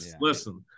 Listen